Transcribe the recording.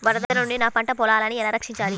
వరదల నుండి నా పంట పొలాలని ఎలా రక్షించాలి?